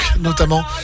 notamment